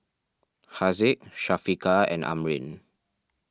Haziq Syafiqah and Amrin